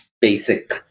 basic